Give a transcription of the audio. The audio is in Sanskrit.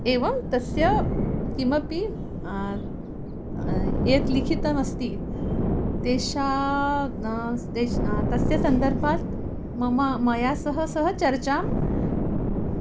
एवं तस्य किमपि यत् लिखितमस्ति तेषां नास्ति तेषां तस्य सन्दर्भात् मम मया सह सः चर्चाम्